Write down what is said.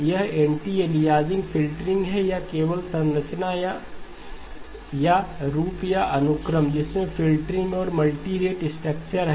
यह anti aliasing filtering है या यह केवल संरचना या रूप या अनुक्रम है जिसमें फ़िल्टरिंग और मल्टी रेट स्ट्रक्चर है